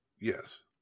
Yes